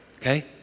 Okay